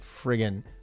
friggin